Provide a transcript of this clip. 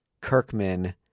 Kirkman